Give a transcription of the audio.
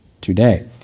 today